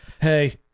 hey